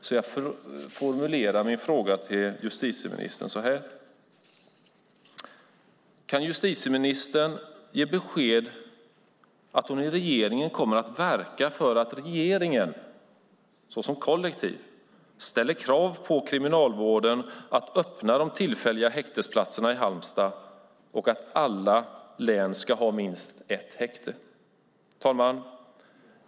Därför formulerar jag min fråga till justitieministern på följande sätt: Kan justitieministern ge beskedet att hon i regeringen kommer att verka för att regeringen som kollektiv ställer krav på Kriminalvården att öppna de tillfälliga häktesplatserna i Halmstad och att alla län ska ha minst ett häkte? Herr talman!